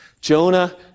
Jonah